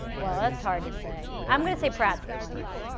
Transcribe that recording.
well, that's hard to say. i'm going to say pratt's the funniest.